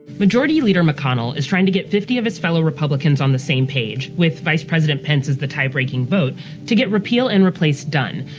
majority leader mcconnell is trying to get fifty of his fellow republicans on the same page with vice president pence as the tie-breaking vote to get repeal and replace done.